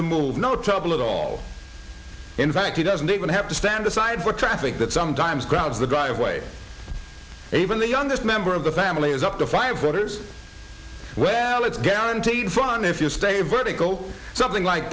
to move no trouble at all in fact he doesn't even have to stand aside for traffic that sometimes grounds the driveway and even the youngest member of the family is up to five brothers well it's guaranteed fun if you stay vertical something like